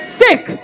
sick